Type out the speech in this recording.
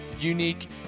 Unique